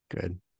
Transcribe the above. good